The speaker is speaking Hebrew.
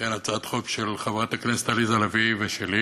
אכן, הצעת חוק של חברת הכנסת עליזה לביא ושלי.